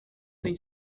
tem